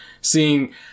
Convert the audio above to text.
seeing